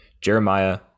Jeremiah